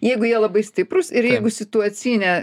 jeigu jie labai stiprūs ir jeigu situacinė